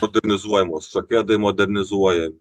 modernizuojamos sakedai modernizuojami